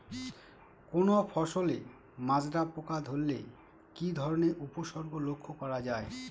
কোনো ফসলে মাজরা পোকা ধরলে কি ধরণের উপসর্গ লক্ষ্য করা যায়?